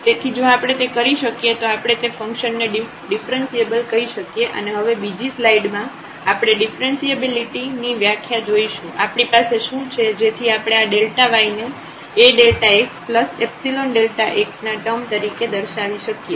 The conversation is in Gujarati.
તેથી જો આપણે તે કરી શકીએ તો આપણે તે ફંકશન ને ડિફ્રન્સિએબલ કહી શકીએ અને હવે બીજી સ્લાઇડ માં આપણે ડીફરન્સીએબિલિટી ની વ્યાખ્યા જોઈશું આપણી પાસે શું છે જેથી આપણે આ y ને AΔxϵΔx ના ટર્મ તરીકે દર્શાવી શકીએ